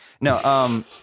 No